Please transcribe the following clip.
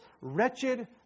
Wretched